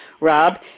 Rob